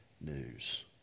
news